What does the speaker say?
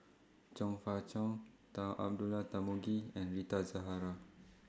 Chong Fah Cheong Dull Abdullah Tarmugi and Rita Zahara